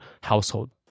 household